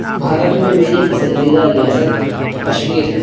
بھارت میں میری پسندیدہ ریاست کشمیر ہے